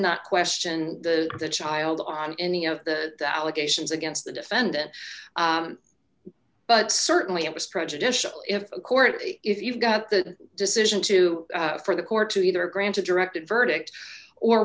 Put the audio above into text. not question the child on any of the allegations against the defendant but certainly it was prejudicial if a court if you've got the decision to for the court to either granted directed verdict or